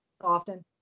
often